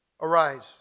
Arise